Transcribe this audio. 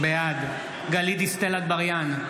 בעד גלית דיסטל אטבריאן,